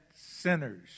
sinners